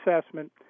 assessment